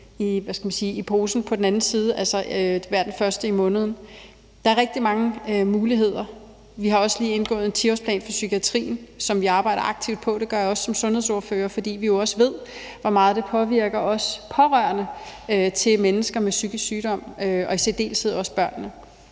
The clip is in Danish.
i posen på den anden side, altså hver den første i måneden. Der er rigtig mange muligheder. Vi har også lige indgået en 10-årsplan for psykiatrien, som vi arbejder aktivt på, og det gør jeg også som sundhedsordfører, fordi vi jo også ved, hvor meget det påvirker os pårørende til mennesker med psykisk sygdom og i særdeleshed også børnene.